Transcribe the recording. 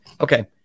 Okay